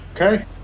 Okay